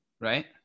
right